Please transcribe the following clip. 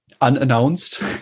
unannounced